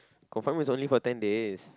confirm is only for ten days